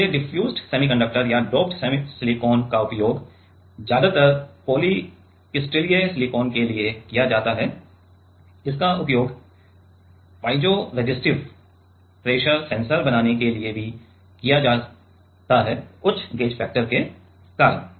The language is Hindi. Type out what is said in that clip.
इसलिए डिफ्यूज्ड सेमीकंडक्टर या डोप्ड सिलिकॉन का उपयोग ज्यादातर पॉली क्रिस्टलीय सिलिकॉन के लिए किया जाता है इसका उपयोग पाइज़ोरेसिस्टिव प्रेशर सेंसर बनाने के लिए भी किया जाता है उच्च गेज फैक्टर के कारण